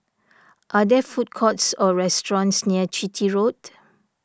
are there food courts or restaurants near Chitty Road